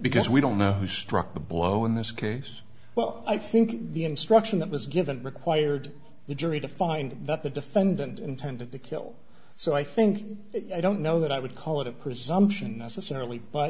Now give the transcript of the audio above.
because we don't know who struck the blow in this case well i think the instruction that was given required the jury to find that the defendant intended to kill so i think i don't know that i would call it a presumption necessarily but